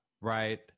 right